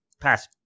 Pass